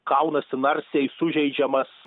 kaunasi narsiai sužeidžiamas